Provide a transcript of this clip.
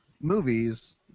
movies